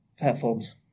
platforms